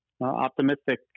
optimistic